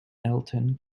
elton